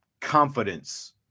confidence